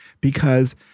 because-